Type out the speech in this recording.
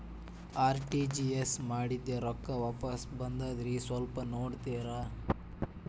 RTGS ಮಾಡಿದ್ದೆ ರೊಕ್ಕ ವಾಪಸ್ ಬಂದದ್ರಿ ಸ್ವಲ್ಪ ನೋಡ್ತೇರ?